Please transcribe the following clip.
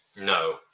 No